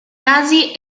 casi